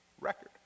record